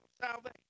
salvation